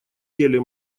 деле